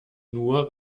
nur